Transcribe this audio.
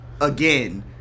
again